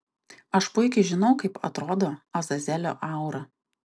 aš puikiai žinau kaip atrodo azazelio aura